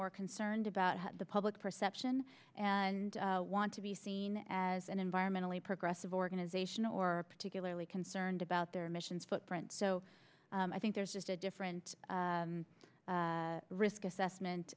more concerned about the public perception and want to be seen as an environmentally progressive organization or particularly concerned about their emissions footprint so i think there's just a different risk assessment